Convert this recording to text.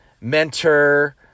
mentor